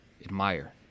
admire